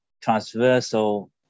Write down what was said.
transversal